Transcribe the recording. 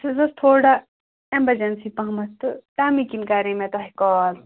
سُہ حظ ٲس تھوڑا ایمَرجَنسی پَہمَتھ تہٕ تَمے کِنۍ کَرے مےٚ تۄہہِ کال